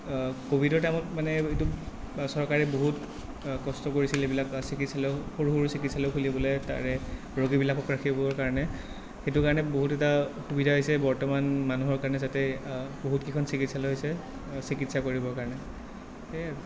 ক'ভিডৰ টাইমত মানে এইটো চৰকাৰে বহুত কষ্ট কৰিছিল এইবিলাক চিকিৎসালয় সৰু সৰু চিকিৎসালয় খুলিবলৈ তাৰে ৰোগীবিলাকক ৰাখিবৰ কাৰণে সেইটো কাৰণে বহুত এটা সুবিধা হৈছে বৰ্তমান মানুহৰ কাৰণে যাতে বহুত কেইখন চিকিৎসালয় হৈছে চিকিৎসা কৰিবৰ কাৰণে সেয়ে আৰু